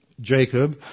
Jacob